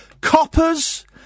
coppers